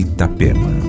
Itapema